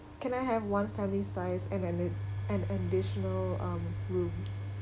can I have one family size and add in an additional um room